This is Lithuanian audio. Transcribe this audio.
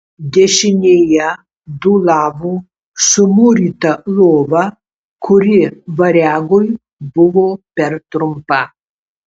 dešinėje dūlavo sumūryta lova kuri variagui buvo per trumpa